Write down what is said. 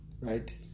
Right